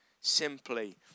simply